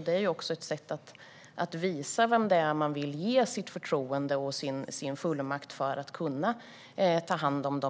Detta är också ett sätt att visa vem man vill ge sitt förtroende och sin fullmakt till, som då kan ta hand om